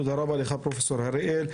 תודה רבה לך, פרופ' הראל.